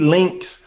Links